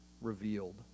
revealed